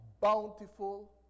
bountiful